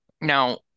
Now